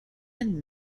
and